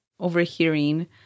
overhearing